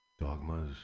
dogmas